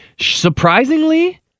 Surprisingly